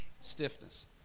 stiffness